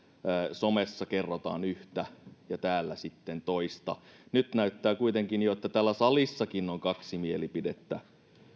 somessa kerrotaan yhtä ja täällä sitten toista nyt näyttää kuitenkin jo siltä että täällä salissakin keskustalla on kaksi mielipidettä